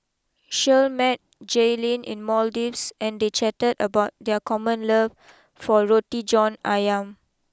Shirl met Jaelynn in Maldives and they chatted about their common love for Roti John Ayam